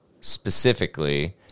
specifically